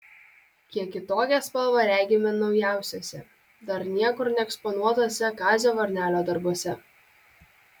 kiek kitokią spalvą regime naujausiuose dar niekur neeksponuotuose kazio varnelio darbuose